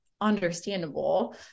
understandable